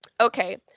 Okay